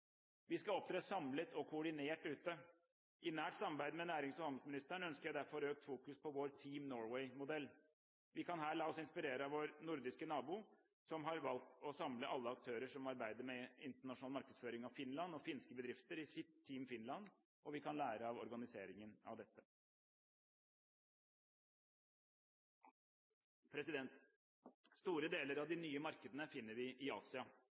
Vi skal opptre samlet og koordinert ute. I nært samarbeid med Nærings- og handelsministeren ønsker jeg derfor økt fokus på vår «Team Norway»-modell. Vi kan her la oss inspirere av vår nordiske nabo, som har valgt å samle alle aktører som arbeider med internasjonal markedsføring av Finland og finske bedrifter i sitt «Team Finland», og vi kan lære av organiseringen av dette. Store deler av de nye markedene finner vi i Asia.